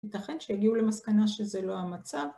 ייתכן שיגיעו למסקנה שזה לא המצב.